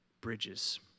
bridges